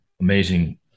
amazing